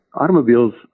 automobiles